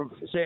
say